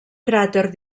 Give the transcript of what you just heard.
cràter